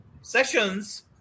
sessions